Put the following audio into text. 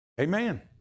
Amen